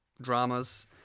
dramas